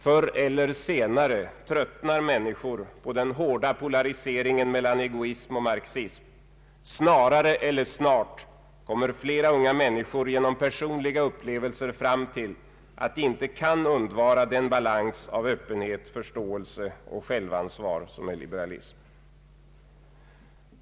Förr eller senare tröttnar människor på den hårda polariseringen mellan egoism och marxism, snarare eller snart kommer flera unga människor genom personliga upplevelser fram till att de inte kan undvara den balans av öppenhet, förståelse och självansvar som är liberalism.